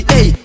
Hey